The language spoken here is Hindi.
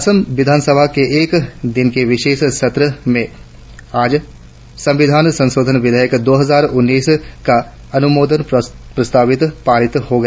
असम विधानसभा के एक दिन के विशेष सत्र में आज संविधान संशोधन विधेयक दो हजार उन्नीस का अनुमोदन प्रस्तावित पारित हो गया